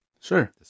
Sure